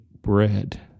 bread